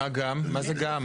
יש אצלן תופעה כזאת.